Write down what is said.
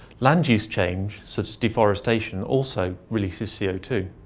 land use change, such as deforestation, also releases c o two.